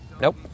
nope